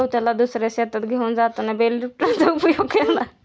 गवताला दुसऱ्या शेतात घेऊन जाताना बेल लिफ्टरचा उपयोग करा